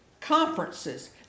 conferences